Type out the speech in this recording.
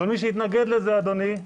אבל מי שהתנגד לזה, אדוני,